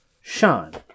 Sean